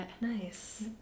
Nice